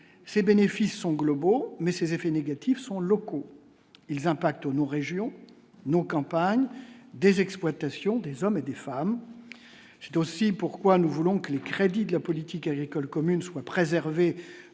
ses bénéfices sont globaux, mais ces effets négatifs sont locaux, ils nous régions nos campagne des exploitations des hommes et des femmes, c'est aussi pourquoi nous voulons que les crédits de la politique agricole commune soit préservés